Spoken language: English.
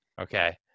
Okay